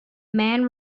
mann